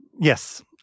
Yes